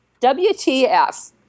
WTF